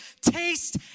taste